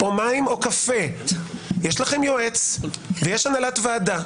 מים או קפה יש לכם יועץ ויש הנהלת ועדה.